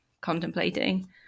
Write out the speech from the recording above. contemplating